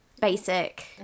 basic